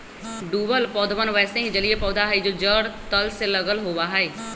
डूबल पौधवन वैसे ही जलिय पौधा हई जो जड़ तल से लगल होवा हई